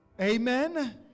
Amen